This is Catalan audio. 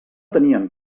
tenien